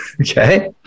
Okay